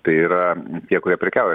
tai yra tie kurie prekiauja